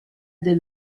del